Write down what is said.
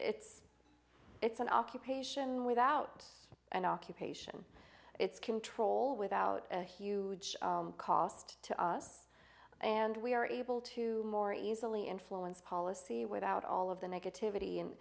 it's it's an occupation without an occupation it's control without a huge cost to us and we are able to more easily influence policy without all of the negativity